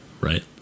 right